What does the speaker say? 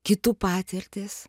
kitų patirtys